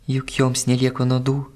juk joms nelieka nuodų